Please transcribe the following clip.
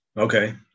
okay